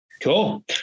Cool